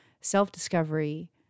self-discovery